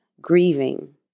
grieving